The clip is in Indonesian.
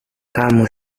kamu